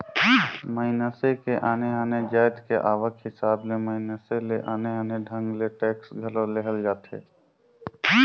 मइनसे के आने आने जाएत के आवक हिसाब ले मइनसे ले आने आने ढंग ले टेक्स घलो लेहल जाथे